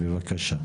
בבקשה.